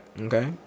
Okay